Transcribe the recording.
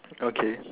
okay